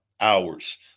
hours